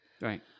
right